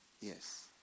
Yes